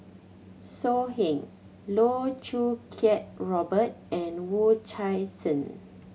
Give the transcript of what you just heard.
So Heng Loh Choo Kiat Robert and Wu Tsai Sen